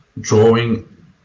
drawing